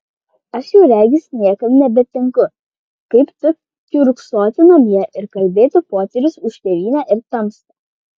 aš jau regis niekam nebetinku kaip tik kiurksoti namie ir kalbėti poterius už tėvynę ir tamstą